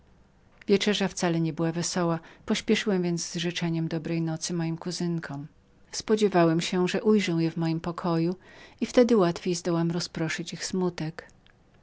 wieczerza wcale nie była wesoła pośpieszyłem więc z życzeniami dobrej nocy moim kuzynkom spodziewałem się że ujrzę je w moim pokoju i wtedy łatwiej zdołam rozproszyć ich